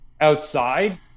outside